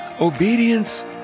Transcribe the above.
Obedience